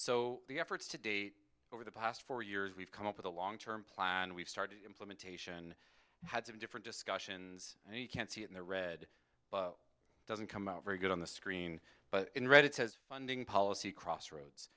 so the efforts to date over the past four years we've come up with a long term plan we've started implementation had some different discussions and you can see it in the read doesn't come out very good on the screen but in red it says funding policy crossroads